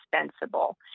indispensable